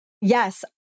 Yes